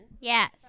Yes